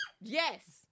Yes